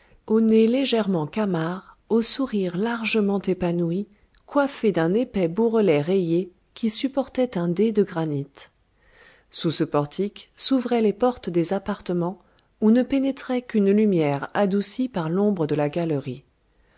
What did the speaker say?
au nez légèrement camard au sourire largement épanoui coiffées d'un épais bourrelet rayé qui supportaient un dé de grès dur sous ce portique s'ouvraient les portes des appartements où ne pénétrait qu'une lumière adoucie par l'ombre de la galerie